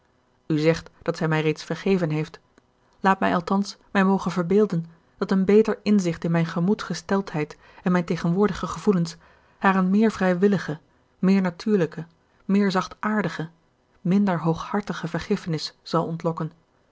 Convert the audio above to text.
u zegt dat zij mij reeds vergeven heeft laat mij althans mij mogen verbeelden dat een beter inzicht in mijn gemoedsgesteldheid en mijn tegenwoordige gevoelens haar eene meer vrijwillige meer natuurlijke meer zachtaardige minder hooghartige vergiffenis zal ontlokken